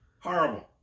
Horrible